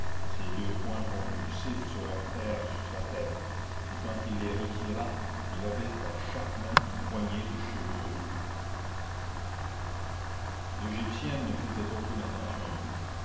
ses deux poings convulsifs se heurtèrent sur sa tête et quand il les retira il avait à chaque main une poignée de cheveux roux l'égyptienne ne faisait aucune attention à lui